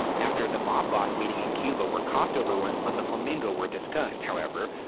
after the mob boss meeting in cuba, where cost overruns on the flamingo were discussed, however,